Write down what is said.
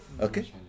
Okay